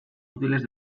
útiles